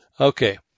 Okay